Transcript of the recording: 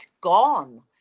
gone